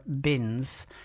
bins